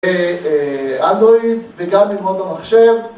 אנדרואיד וגם ללמוד במחשב